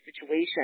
situation